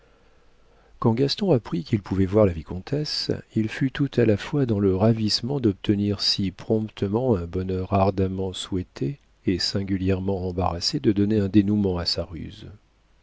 quand gaston apprit qu'il pouvait voir la vicomtesse il fut tout à la fois dans le ravissement d'obtenir si promptement un bonheur ardemment souhaité et singulièrement embarrassé de donner un dénouement à sa ruse